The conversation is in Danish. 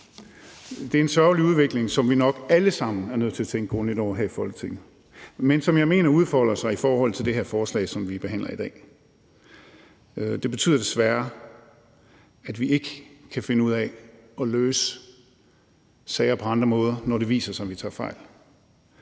Det er en sørgelig udvikling, som vi nok alle sammen er nødt til at tænke grundigt over her i Folketinget, men som jeg mener udfolder sig i forhold til det her forslag, som vi behandler i dag. Det betyder desværre, at vi ikke kan finde ud af at løse sager på andre måder, når det viser sig, at vi tager fejl.